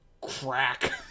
Crack